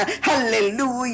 Hallelujah